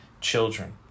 children